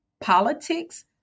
politics